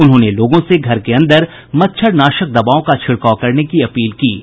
उन्होंने लोगों से घर के अंदर मच्छर नाशक दवाओं का छिड़काव करने की अपील की है